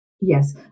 yes